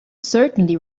certainly